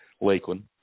Lakeland